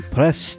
Press